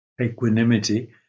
equanimity